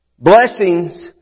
Blessings